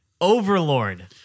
Overlord